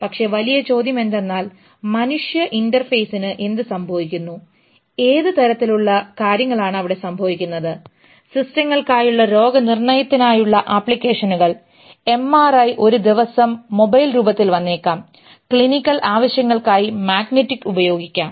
പക്ഷേ വലിയ ചോദ്യം എന്തെന്നാൽ മനുഷ്യ ഇൻറെർഫേസിന് എന്ത് സംഭവിക്കുന്നു ഏത് തരത്തിലുള്ള കാര്യങ്ങളാണ് അവിടെ സംഭവിക്കുന്നത് സിസ്റ്റങ്ങൾക്കായുള്ള രോഗനിർണയത്തിനുള്ള അപ്ലിക്കേഷനുകൾ എംആർഐ ഒരു ദിവസം മൊബൈൽ രൂപത്തിൽ വന്നേക്കാം ക്ലിനിക്കൽ ആവശ്യങ്ങൾക്കായി മാഗ്നെറ്റിക് ഉപയോഗിക്കാം